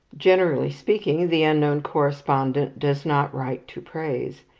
generally speaking, the unknown correspondent does not write to praise.